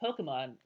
Pokemon